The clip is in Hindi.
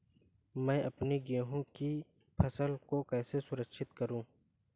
मैं अपनी गेहूँ की फसल को कैसे सुरक्षित करूँ?